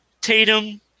Tatum